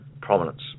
prominence